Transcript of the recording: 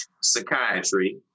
Psychiatry